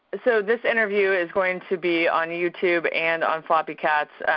so this interview is going to be on youtube and on floppycats.